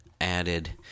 added